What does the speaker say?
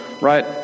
right